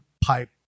pipe